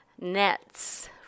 nets